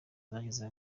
zageze